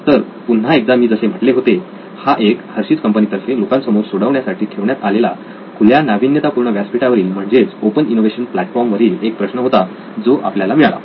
तर पुन्हा एकदा मी जसे म्हटले होते हा एक हर्शिज Hershey's कंपनी तर्फे लोकांसमोर सोडवण्यासाठी ठेवण्यात आलेला खुल्या नाविन्यता पूर्ण व्यासपीठावरील म्हणजेच ओपन इंनोवेशन प्लॅटफॉर्म वरील एक प्रश्न होता जो आपल्याला मिळाला